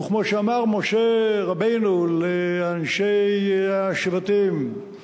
וכמו שאמר משה רבנו לאנשי השבטים,